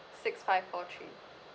six five four three